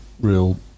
real